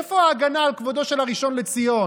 איפה ההגנה על כבודו של הראשן לציון?